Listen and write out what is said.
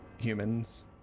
humans